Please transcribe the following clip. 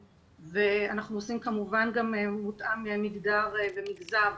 כמובן גם הותאם מגדר ומגזר,